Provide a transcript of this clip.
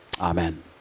Amen